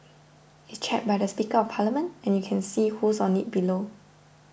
it's chaired by the Speaker of Parliament and you can see who's on it below